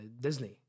Disney